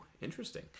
interesting